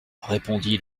répondit